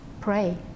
pray